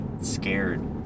scared